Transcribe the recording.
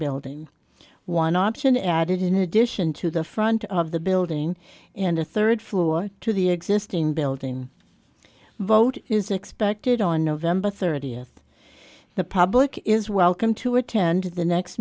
building one option added in addition to the front of the building and a third floor to the existing building vote is expected on nov thirtieth the public is welcome to attend the next